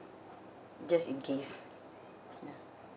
just in case